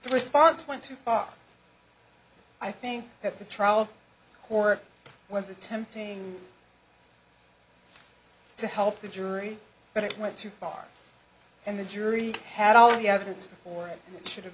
the response went too far i think at the trial or was attempting to help the jury but it went too far and the jury had all the evidence before it should have